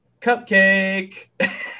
cupcake